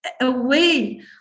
away